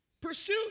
Pursuit